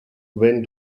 when